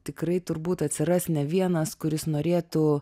tikrai turbūt atsiras ne vienas kuris norėtų